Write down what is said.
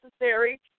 necessary